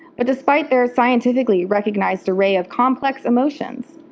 but despite their scientifically recognized array of complex emotions,